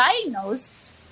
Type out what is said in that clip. diagnosed